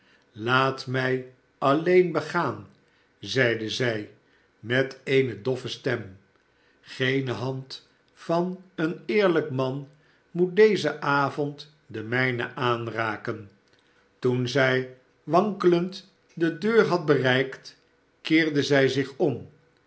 laat mij alleen begaan zeide zij met eene dorte stem geene hand van een eerlijk man moet dezen avond de mijne aanraken toen zij wankelend de deur had bereikt keerde zij zich om